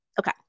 okay